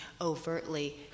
overtly